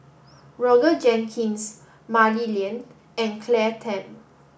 Roger Jenkins Mah Li Lian and Claire Tham